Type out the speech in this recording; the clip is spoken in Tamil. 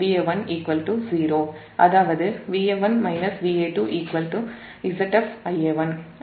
அதாவது Va1 Va2 ZfIa1